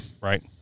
right